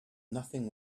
nothing